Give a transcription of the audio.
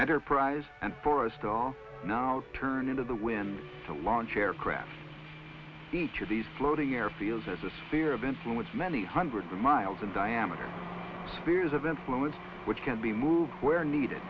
enterprise and forest are now turning to the wind to launch air craft each of these floating airfields as a spear of influence many hundreds of miles in diameter spears of influence which can be moved where needed